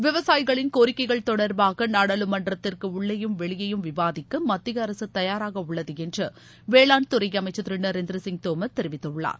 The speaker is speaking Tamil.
விவசாயிகளின் கோரிக்கைகள் தொடர்பாக நாடாளுமன்றத்திற்கு உள்ளேயும் வெளியேயும் விவாதிக்க மத்திய அரசு தயாராக உள்ளது என்று வேளாண்துறை அமைச்சர் திரு நரேந்திர சிங் தோமர் தெரிவித்துள்ளார்